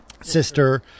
sister